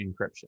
encryption